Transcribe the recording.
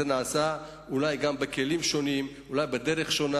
וזה נעשה אולי גם בכלים שונים ואולי בדרך שונה.